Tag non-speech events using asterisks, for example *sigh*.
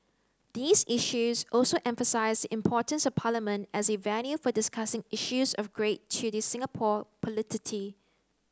these issues also emphasise the importance of Parliament as a venue for discussing issues of great to the Singapore *unintelligible*